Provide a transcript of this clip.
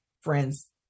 friends